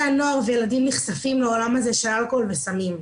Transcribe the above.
הנוער והילדים נחשפים לעולם הזה של אלכוהול וסמים.